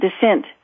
descent